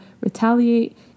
retaliate